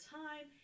time